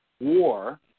war